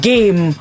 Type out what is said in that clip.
Game